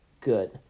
good